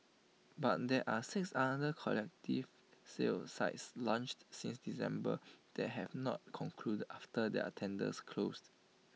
but there are six other collective sale sites launched since December that have not concluded after their tenders closed